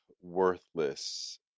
worthless